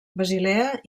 basilea